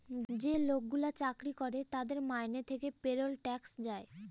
যে লোকগুলো চাকরি করে তাদের মাইনে থেকে পেরোল ট্যাক্স যায়